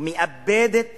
ומאבדת